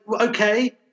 okay